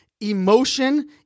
emotion